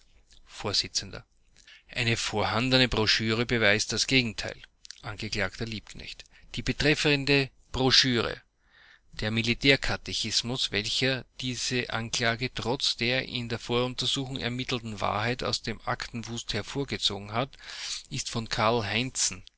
vors eine vorhandene broschüre beweist das gegenteil angekl liebknecht die betreffende broschüre der militärkatechismus welchen diese anklage trotz der in der voruntersuchung ermittelten wahrheit aus dem aktenwust hervorgezogen hat ist von karl heinzen